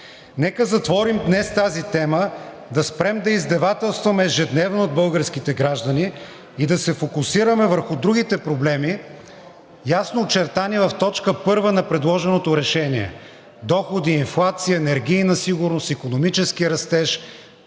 нека затворим днес тази тема, да спрем да издевателстваме ежедневно над българските граждани и да се фокусираме върху другите проблеми, ясно очертани в т. 1 на предложеното решение – доходи, инфлация, енергийна сигурност, икономически растеж,